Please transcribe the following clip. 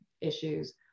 issues